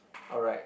alright